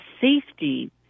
safety